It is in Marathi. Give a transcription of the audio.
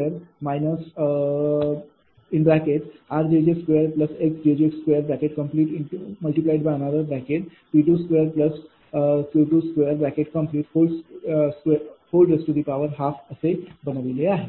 r2 x2P2Q212 असे बनले आहे